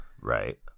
Right